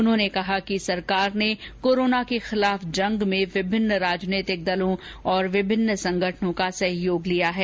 उन्हेांने कहा कि सरकार ने कोरोना के खिलाफ जंग में विभिन्न राजनीतिक दलों के साथ विभिन्न संगठनों का सहयोग लिया है